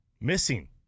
Missing